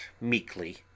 meekly